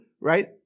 right